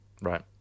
Right